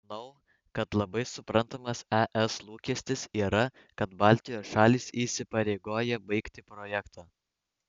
manau kad labai suprantamas es lūkestis yra kad baltijos šalys įsipareigoja baigti projektą